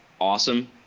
awesome